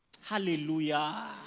Hallelujah